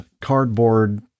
cardboard